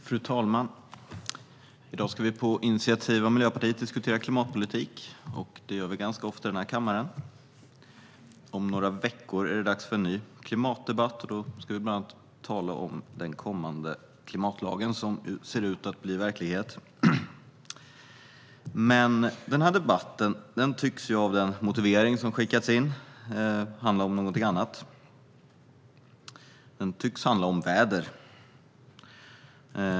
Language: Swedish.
Fru talman! I dag ska vi på initiativ av Miljöpartiet diskutera klimatpolitik, vilket vi gör ganska ofta i denna kammare. Om några veckor är det dags för en ny klimatdebatt - då ska vi bland annat tala om den kommande klimatlagen, som ser ut att bli verklighet. Den här debatten tycks dock, att döma av den motivering som skickats in, handla om någonting annat; den tycks handla om väder.